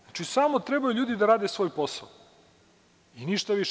Znači, samo treba ljudi da rade svoj posao i ništa više.